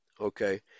okay